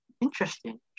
Interesting